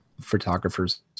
photographers